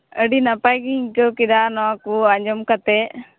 ᱟᱹᱰᱤ ᱱᱟᱯᱟᱭ ᱜᱤᱧ ᱟᱹᱭᱠᱟᱹᱣ ᱠᱮᱫᱟ ᱱᱚᱣᱟ ᱠᱚ ᱟᱸᱡᱚᱢ ᱠᱟᱛᱮ